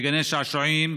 בגני השעשועים,